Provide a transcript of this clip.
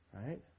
Right